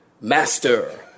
master